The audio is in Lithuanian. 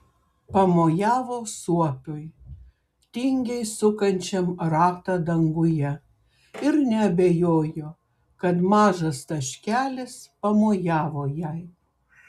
pamojavo suopiui tingiai sukančiam ratą danguje ir neabejojo kad mažas taškelis pamojavo jai